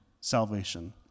salvation